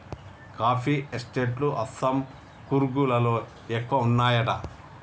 coffee estate లు అస్సాం, కూర్గ్ లలో ఎక్కువ వున్నాయట